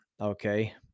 Okay